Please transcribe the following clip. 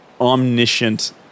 omniscient